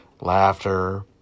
laughter